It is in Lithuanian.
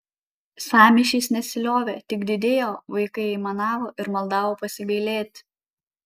sąmyšis nesiliovė tik didėjo vaikai aimanavo ir maldavo pasigailėti